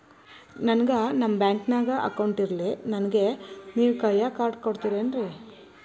ನನ್ಗ ನಮ್ ಬ್ಯಾಂಕಿನ್ಯಾಗ ಅಕೌಂಟ್ ಇಲ್ರಿ, ನನ್ಗೆ ನೇವ್ ಕೈಯ ಕಾರ್ಡ್ ಕೊಡ್ತಿರೇನ್ರಿ?